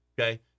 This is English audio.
Okay